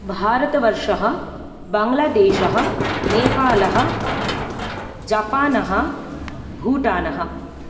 भारतवर्षः बाङ्ग्लादेशः नेपालः जपान् भूटान्